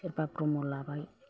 सोरबा ब्रह्म लाबाय